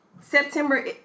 September